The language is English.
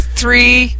three